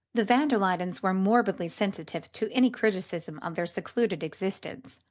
the van der luydens were morbidly sensitive to any criticism of their secluded existence.